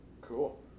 cool